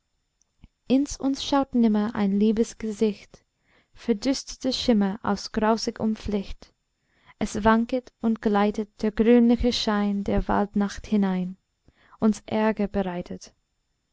ins uns schaut nimmer ein liebes gesicht verdüsterter schimmer aus grausig umflicht es wanket und gleitet der grünliche schein der waldnacht hinein uns ärger bereitet